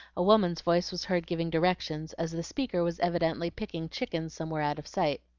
a woman's voice was heard giving directions, as the speaker was evidently picking chickens somewhere out of sight.